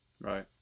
Right